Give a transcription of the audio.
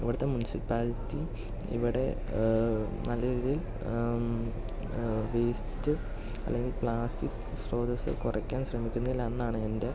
ഇവിടുത്തെ മുൻസിപ്പാലിറ്റി ഇവിടെ നല്ല രീതിയിൽ വേസ്റ്റ് അല്ലെങ്കിൽ പ്ലാസ്റ്റിക് സ്രോതസ് കുറയ്ക്കാൻ ശ്രമിക്കുന്നില്ല എന്നാണ് എൻ്റെ